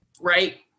right